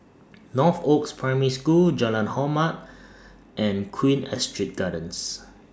Northoaks Primary School Jalan Hormat and Queen Astrid Gardens